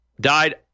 died